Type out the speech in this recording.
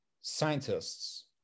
scientists